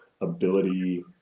ability